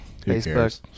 Facebook